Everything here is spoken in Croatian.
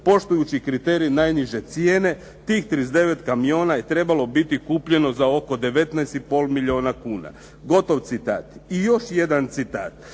poštujući kriterij najniže cijene. Tih 39 kamiona je trebalo biti kupljeno za oko 19 i pol milijuna kuna.“ Gotov citat. I još jedan citat.